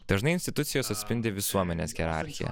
dažnai institucijos atspindi visuomenės hierarchiją